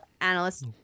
analysts